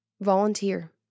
volunteer